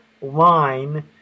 line